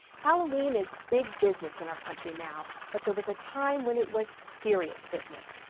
halloween is big business in our country now. but there was a time when it was serious business.